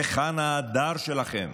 היכן ההדר שלכם?